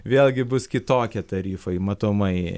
vėlgi bus kitokie tarifai matomai